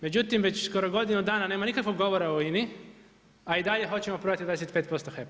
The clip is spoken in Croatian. Međutim, već skoro godinu dana nema nikakvog govora o INA-i, a i dalje hoćemo prodati 25% HEP-a.